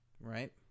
Right